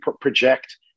project